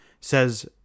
says